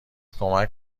کمک